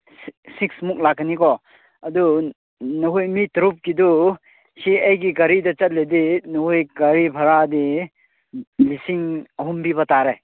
ꯁꯤꯛꯁꯃꯨꯛ ꯂꯥꯛꯀꯅꯤꯀꯣ ꯑꯗꯨ ꯅꯈꯣꯏ ꯃꯤ ꯇꯔꯨꯛꯀꯤꯗꯨ ꯁꯤ ꯑꯩꯒꯤ ꯒꯥꯔꯤꯗ ꯆꯠꯂꯗꯤ ꯅꯣꯏ ꯒꯥꯔꯤ ꯚꯔꯥꯗꯤ ꯂꯤꯁꯤꯡ ꯑꯍꯨꯝ ꯄꯤꯕ ꯇꯥꯔꯦ